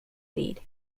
lead